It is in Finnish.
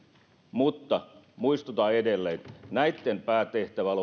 mutta muistutan edelleen näitten päätehtävä